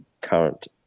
current